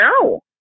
No